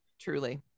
truly